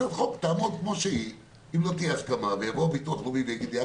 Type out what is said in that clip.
הצעת החוק תעמוד כמו שהיא ויבוא הביטוח הלאומי ויגיד שהוא